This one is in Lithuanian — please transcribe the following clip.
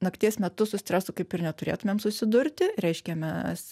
nakties metu su stresu kaip ir neturėtumėm susidurti reiškia mes